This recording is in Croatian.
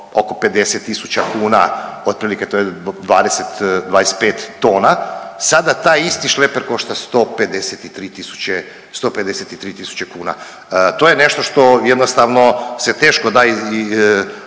oko 50.000 kuna otprilike to je 20, 25 tona, sada taj isti šleper košta 153.000 kuna. To je nešto što je jednostavno se teško da